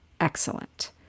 Excellent